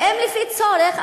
ואם לפי צורך,